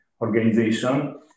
organization